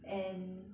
and